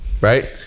right